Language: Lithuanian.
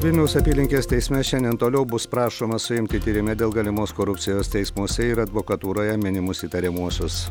vilniaus apylinkės teisme šiandien toliau bus prašoma suimti tyrime dėl galimos korupcijos teismuose ir advokatūroje minimus įtariamuosius